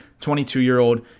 22-year-old